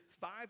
five